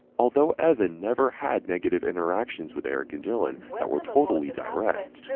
although evan never had negative interactions with eric and dylan that were totally direct.